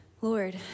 Lord